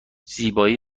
زیبایی